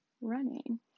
running